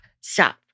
stop